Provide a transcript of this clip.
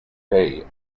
day